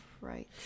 right